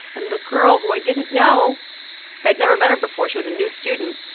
and the girl, who i didn't know i had never met her before. she was a new student.